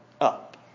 up